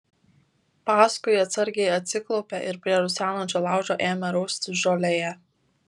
paskui atsargiai atsiklaupė ir prie rusenančio laužo ėmė raustis žolėje